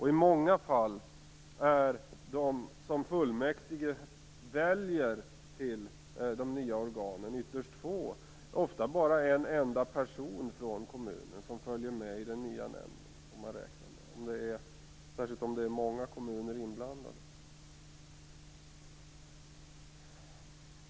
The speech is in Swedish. I många fall är de som fullmäktige väljer till de nya organen ytterst få. Ofta är det bara en enda person från kommunen som kommer med i den nya nämnden - särskilt om många kommuner är inblandade.